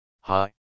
Hi